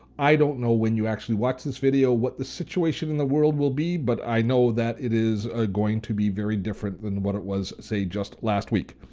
i don't know when you actually watch this video what the situation in the world will be but i know that it is ah going to be very different then what it was, say just last week.